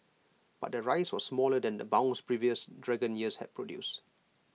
but the rise was smaller than the bounce previous dragon years had produced